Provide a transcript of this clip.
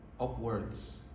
upwards